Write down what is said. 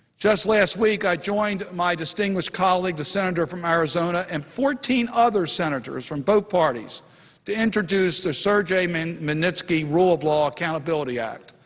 just last week, i joined my distinguished colleague, the senator from arizona, and fourteen other senators from both parties to introduce the sergei um and magnitsky rule of law accountability act,